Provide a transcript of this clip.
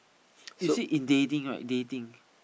you see in dating dating